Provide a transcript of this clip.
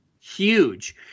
Huge